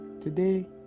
Today